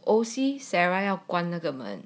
O_C sarah 要关那个们